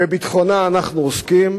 בביטחונה אנחנו עוסקים,